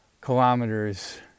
kilometers